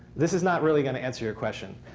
this is not really going to answer your question.